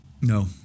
No